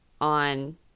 on